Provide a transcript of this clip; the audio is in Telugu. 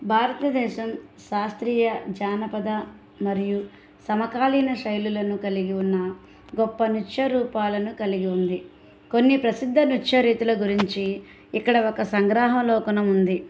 భారతదేశం శాస్త్రీయ జానపద మరియు సమకాలీన శైలులను కలిగి ఉన్న గొప్ప నృత్య రూపాలను కలిగి ఉంది కొన్ని ప్రసిద్ధ నృత్య రీతుల గురించి ఇక్కడ ఒక సంగ్రహలోకనం ఉంది